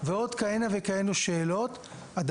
ועוד שאלות כהנה וכהנה,